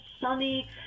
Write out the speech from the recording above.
sunny